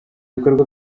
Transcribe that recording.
bikorwa